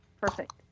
Perfect